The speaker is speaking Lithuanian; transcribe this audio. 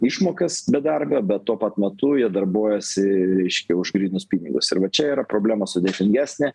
išmokas bedarbio bet tuo pat metu jie darbuojuosi reiškia už grynus pinigus ir va čia yra problema sudėtingesnė